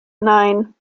nine